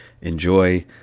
Enjoy